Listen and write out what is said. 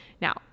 Now